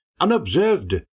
unobserved